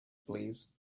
please